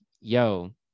yo